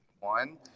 One